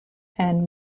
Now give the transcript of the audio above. and